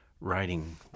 writing